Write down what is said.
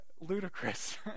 ludicrous